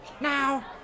Now